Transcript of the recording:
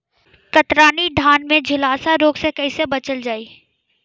कतरनी धान में झुलसा रोग से कइसे बचल जाई?